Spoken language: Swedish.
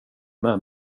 med